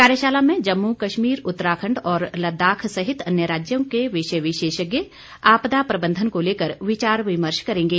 कार्यशाला में जम्मू कश्मीर उत्तराखंड और लद्दाख सहित अन्य राज्यों के विषय विशेषज्ञ आपदा प्रबंधन को लेकर विचार विमर्श करेंगे